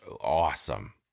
awesome